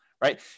right